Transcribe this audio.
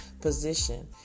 position